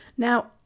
Now